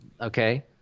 Okay